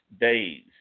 days